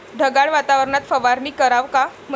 ढगाळ वातावरनात फवारनी कराव का?